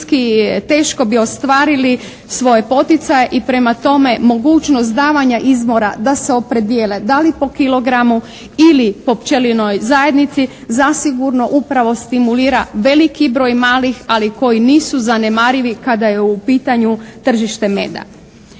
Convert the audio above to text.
teško bi ostvarili svoje poticaje. I prema tome, mogućnost davanja izbora da se opredijele da li po kilogramu ili po pčelinoj zajednici zasigurno upravo stimulira veliki broj malih, ali koji nisu zanemarivi kada je u pitanju tržište meda.